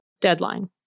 deadline